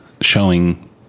showing